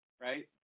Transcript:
right